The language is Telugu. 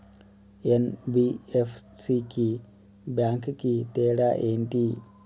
ఎన్.బి.ఎఫ్.సి కి బ్యాంక్ కి తేడా ఏంటి?